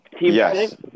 yes